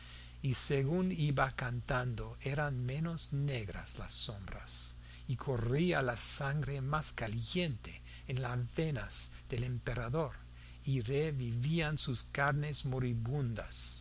y según iba cantando eran menos negras las sombras y corría la sangre más caliente en las venas del emperador y revivían sus carnes moribundas